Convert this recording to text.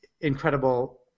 incredible